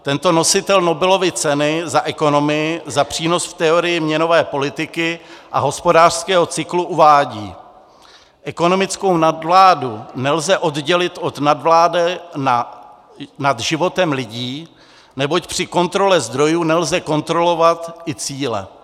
Tento nositel Nobelovy ceny za ekonomii za přínos v teorii měnové politiky a hospodářského cyklu uvádí: Ekonomickou nadvládu nelze oddělit od nadvlády nad životem lidí, neboť při kontrole zdrojů nelze kontrolovat i cíle.